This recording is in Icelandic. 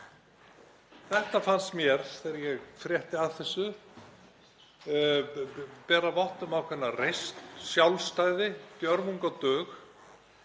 Þetta fannst mér þegar ég frétti af þessu bera vott um ákveðna reisn, sjálfstæði, djörfung og dug.